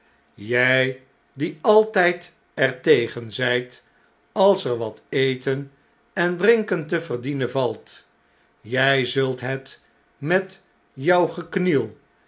jy die altjjd er tegen zjjt als er wateten en drinken te verdienen valt i jjj zult het met jou gekniel